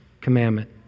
commandment